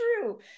true